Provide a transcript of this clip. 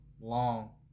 long